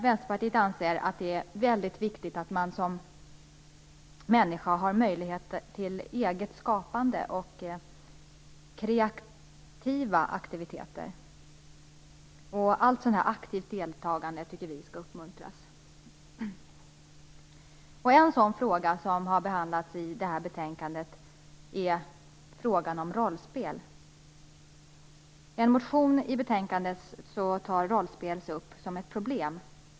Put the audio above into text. Vänsterpartiet anser att det är väldigt viktigt att man som enskild människa har möjligheter till eget skapande och kreativa aktiviteter. Allt aktivt deltagande tycker vi skall uppmuntras. En fråga som har behandlats i detta betänkande är frågan om rollspel. I en motion i betänkandet tas rollspel upp som ett problem.